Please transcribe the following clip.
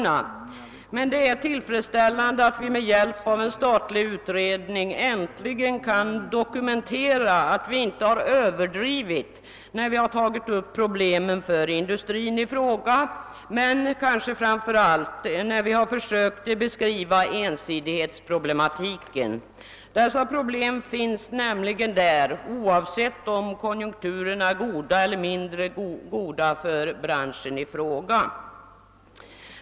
Det är emellertid tillfredsställande att med hjälp av en statlig utredning äntligen kunna dokumentera att vi inte överdrivit när vi tagit upp problemen för ifrågavarande industri och kanske framför allt när vi försökt att beskriva ensidighetsproblematiken. Dessa problem kvarstår nämligen inom denna region oavsett om branschens konjunkturer är goda eller mindre goda.